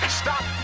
stop